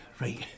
right